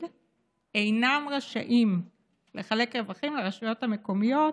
אינם רשאים לחלק רווחים לרשויות המקומיות,